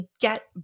get